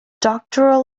doctoral